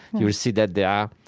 you will see that there are